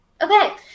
Okay